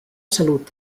salut